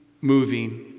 moving